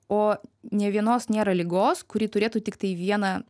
o nė vienos nėra ligos kuri turėtų tiktai vieną